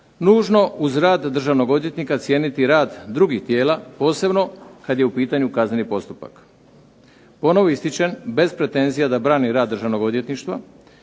nužno uz rad državnog odvjetnika cijeniti rad drugih tijela posebno kad je u pitanju kazneni postupak. Ponovno ističem, bez pretenzija da branim rad Državnog odvjetništva,